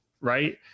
Right